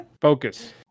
Focus